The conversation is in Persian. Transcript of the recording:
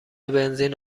بنزین